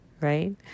right